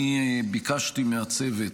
אני ביקשתי מהצוות